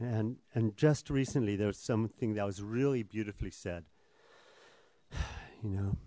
and and just recently there was something that was really beautifully said you